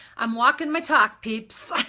i'm walking my talk peeps.